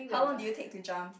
how long did you take to jump